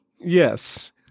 Yes